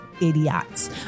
idiots